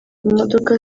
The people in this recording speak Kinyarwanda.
imodoka